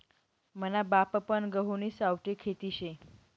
मना बापपन गहुनी सावठी खेती शे